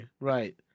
right